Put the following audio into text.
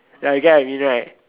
ya you get what I mean right